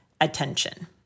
attention